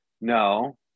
no